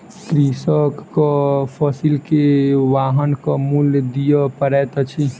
कृषकक फसिल के वाहनक मूल्य दिअ पड़ैत अछि